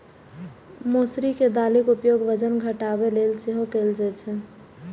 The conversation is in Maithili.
मौसरी के दालिक उपयोग वजन घटाबै लेल सेहो कैल जाइ छै